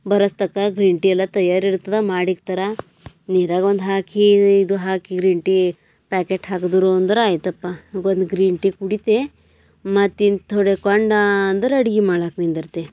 ಬರಸ್ತಕ green tea ಎಲ್ಲ ತಯಾರು ಇರ್ತದೆ ಮಾಡಿ ಇಕ್ಕುತಾರ ನೀರಾಗೊಂದು ಹಾಕಿ ಇದು ಹಾಕಿ ಗ್ರೀನ್ ಟೀ ಪ್ಯಾಕೆಟ್ ಹಾಕಿದರು ಅಂದ್ರೆ ಆಯ್ತಪ್ಪ ಬಂದು ಗ್ರೀನ್ ಟೀ ಕುಡಿತೆ ಮತ್ತು ಇನ್ನು ತಡಕೊಂಡ ಅಂದರೆ ಅಡುಗೆ ಮಾಡಾಕ ನಿಂದ್ರತೆ